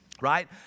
right